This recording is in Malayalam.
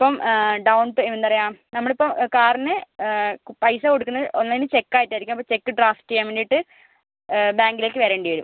ഇപ്പം ഡൗൺ പേ എന്താ പറയുക നമ്മള് ഇപ്പം കാറിന് പൈസ കൊടുക്കുന്ന ഒന്നിന് ചെക്കായിട്ട് ആയിരിക്കും ചെക്ക് ഡ്രാഫ്റ്റ് ചെയ്യാൻ വേണ്ടീട്ട് ബാങ്കിലേക്ക് വരേണ്ടി വരും